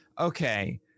Okay